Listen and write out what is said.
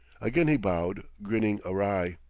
again he bowed, grinning awry.